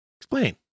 Explain